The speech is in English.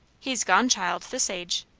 he's gone, child, this age.